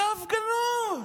זה הפגנות.